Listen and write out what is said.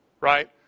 Right